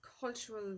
cultural